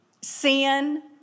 sin